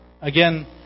Again